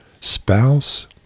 spouse